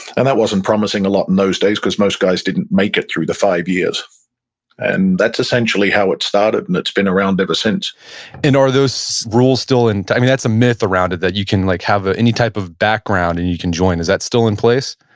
and that wasn't promising a lot in those days because most guys didn't make it through the five years and that's that's essentially how it started, and it's been around ever since are those rules still in, i mean, that's a myth around it that you can like have ah any type of background and you can join. is that still in place?